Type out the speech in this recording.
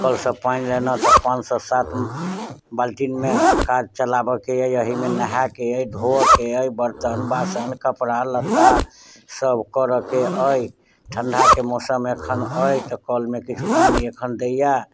कलसऽ पानि लेलहुॅं तऽ पान सऽ सात बाल्टीमे काज चलाबऽ के अछि एहिमे नहाय के अछि धोअऽ के अछि बरतन बासन कपड़ा लत्ता सब करऽ के अछि ठंढा के मौसम एखन अछि तऽ कलमे किछु पइनि एखन दैया